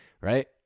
right